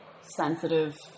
sensitive